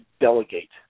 delegate